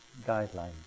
guidelines